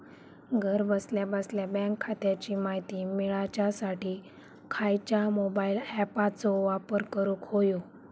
घरा बसल्या बसल्या बँक खात्याची माहिती मिळाच्यासाठी खायच्या मोबाईल ॲपाचो वापर करूक होयो?